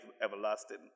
everlasting